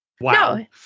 Wow